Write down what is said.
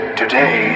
today